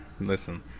Listen